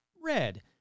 red